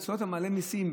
אצלו אתה מעלה מיסים,